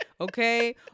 Okay